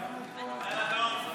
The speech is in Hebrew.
נתקבלה.